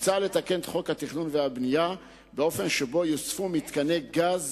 מוצע לתקן את חוק התכנון והבנייה באופן שבו יוספו מתקני גז